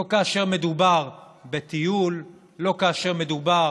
לא כאשר מדובר בטיול, לא כאשר מדובר